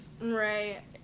Right